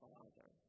Father